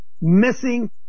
missing